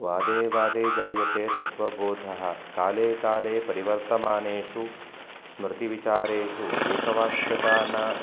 वादे वादे जायते तत्वबोधः काले काले परिवर्तमानेषु स्मृतिविचारेषु एकवाक्यता न